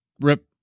Rip